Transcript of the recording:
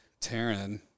Taryn